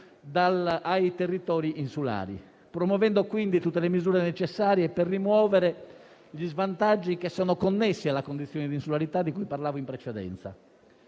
ai territori insulari, promuovendo quindi tutte le misure necessarie per rimuovere gli svantaggi connessi alla condizione di insularità di cui ho parlato in precedenza.